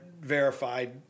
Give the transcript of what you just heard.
verified